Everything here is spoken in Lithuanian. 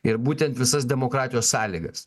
ir būtent visas demokratijos sąlygas